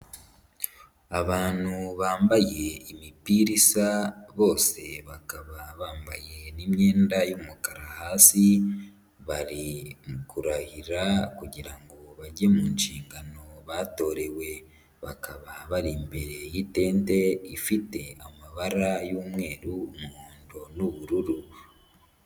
Abantu bambaye imipira isa bose bakaba bambaye n'imiyenda y'umukara hasi bari mu kurahira kugira ngo bajye mu nshingano batorewe, bakaba bari imbere y'itente ifite amabara y'umweru, umuhondo n'ubururu.